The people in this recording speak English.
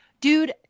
dude